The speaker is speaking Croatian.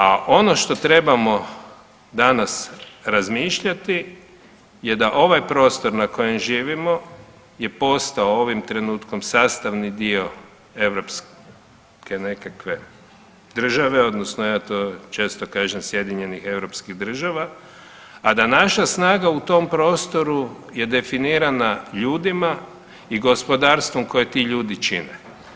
A ono što trebamo danas razmišljati je da ovaj prostor na kojem živimo je postao ovim trenutkom sastavni dio europske nekakve države, odnosno ja to često kažem Sjedinjenih Europskih Država a da naša snaga u tom prostoru je definirana ljudima i gospodarstvom koje ti ljudi čine.